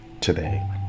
today